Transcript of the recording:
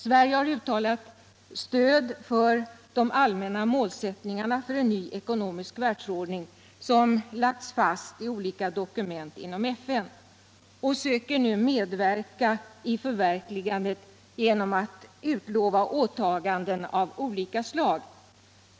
Sverige har uttalat stöd för de allmänna målsättningarna för en ny ekonomisk världsordning som lagts fast i olika dokument inom FN och söker nu medverka i förverkligandet genom att utlova åtaganden av olika slag.